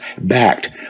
backed